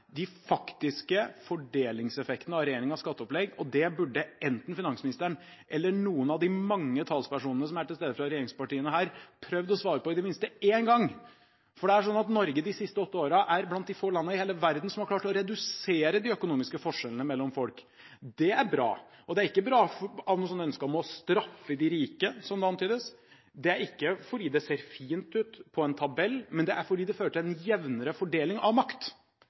de faktiske fordelingseffektene av regjeringens skatteopplegg, og det burde enten finansministeren eller noen av de mange talspersonene som er til stede fra regjeringspartiene her, prøvd å svare på i det minste én gang. For det er sånn at Norge, de siste åtte årene, er blant de få landene i hele verden som har klart å redusere de økonomiske forskjellene mellom folk. Det er bra. Det er ikke bra å ha noe ønske om å straffe de rike, som det antydes. Det er ikke fordi det ser fint ut på en tabell, men fordi det fører til en jevnere fordeling av makt.